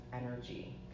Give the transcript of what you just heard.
energy